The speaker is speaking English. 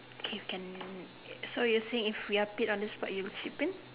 K can so you're saying if we're picked on the spot you would chip in